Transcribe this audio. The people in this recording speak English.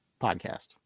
podcast